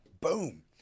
Boom